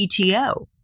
PTO